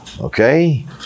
Okay